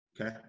okay